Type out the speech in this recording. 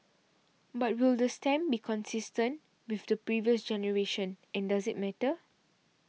but will the stamp be consistent with the previous generation and does it matter